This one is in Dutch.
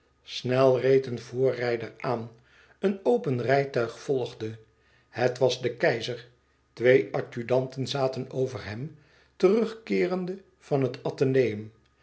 reed een voorrijder aan een open rijtuig volgde het was de keizer twee adjudanten zaten over hem terugkeerende van het atheneum